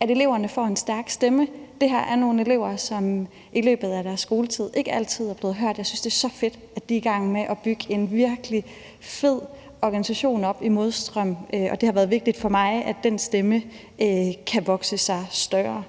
at eleverne får en stærk stemme. Det her er nogle elever, som i løbet af deres skoletid ikke altid er blevet hørt, og jeg synes, det er så fedt, at de er i gang med at bygge en virkelig fed organisation op med Modstrøm, og det har været vigtigt for mig, at den stemme kan vokse sig større.